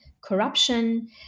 corruption